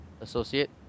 Associate